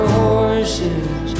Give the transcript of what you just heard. horses